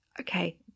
okay